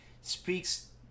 speaks